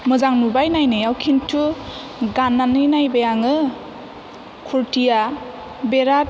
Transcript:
मोजां नुबाय नायनायाव खिन्थु गाननानै नायबाय आङो खुरथिया बिराथ